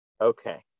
Okay